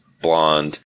blonde